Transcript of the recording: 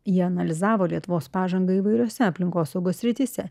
jie analizavo lietuvos pažangą įvairiose aplinkosaugos srityse